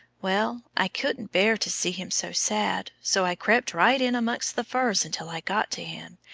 well, i couldn't bear to see him so sad, so i crept right in amongst the firs until i got to him,